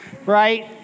Right